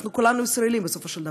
אנחנו כולנו ישראלים, בסופו של דבר,